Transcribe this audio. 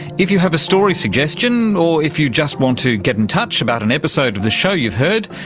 if you have a story suggestion, or if you just want to get in touch about an episode of the show you've heard,